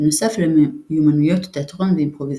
בנוסף למיומנויות תיאטרון ואימפרוביזציה.